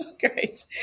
Great